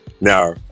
Now